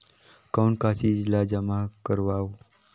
कौन का चीज ला जमा करवाओ?